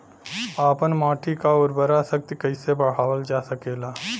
आपन माटी क उर्वरा शक्ति कइसे बढ़ावल जा सकेला?